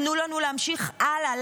תנו לנו להמשיך הלאה,